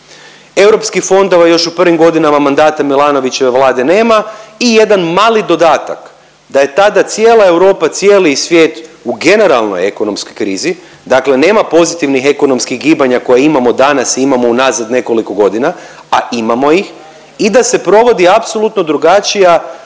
EU fondova još u prvim godinama mandata Milanovićeve vlade nema i jedan mali dodatak, da je tada cijela Europa i cijeli svijet u generalnoj ekonomskoj krizi, dakle nema pozitivnih ekonomskih gibanja koja imamo danas i imamo unazad nekoliko godina, a imamo ih i da se provodi apsolutno drugačija